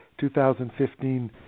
2015